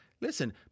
Listen